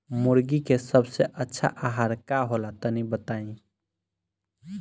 मुर्गी के सबसे अच्छा आहार का होला तनी बताई?